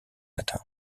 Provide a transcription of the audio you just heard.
latin